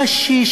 קשיש,